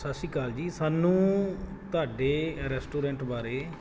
ਸਤਿ ਸ਼੍ਰੀ ਅਕਾਲ ਜੀ ਸਾਨੂੰ ਤੁਹਾਡੇ ਰੈਸਟੋਰੈਂਟ ਬਾਰੇ